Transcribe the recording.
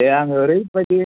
बे आं ओरैबायदि